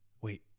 Wait